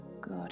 good